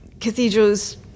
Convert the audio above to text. Cathedrals